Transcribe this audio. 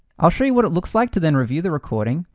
i'll show you what it looks like to then review the recording.